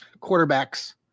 quarterbacks